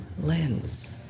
lens